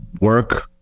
work